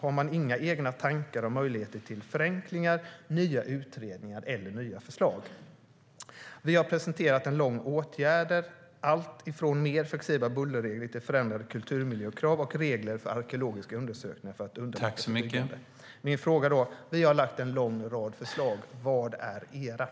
Har man inga egna tankar om möjligheter till förenklingar, nya utredningar eller nya förslag?